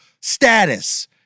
status